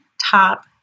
top